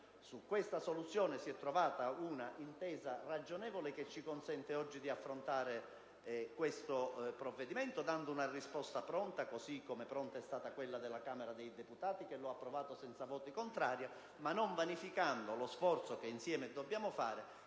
Su questa soluzione si è trovata un'intesa ragionevole che ci consente oggi di affrontare le questioni sul tappeto dando una risposta pronta, così come pronta è stata quella della Camera dei deputati che ha approvato il provvedimento senza voti contrari, ma non vanificando lo sforzo che insieme dobbiamo fare